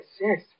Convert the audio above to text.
yes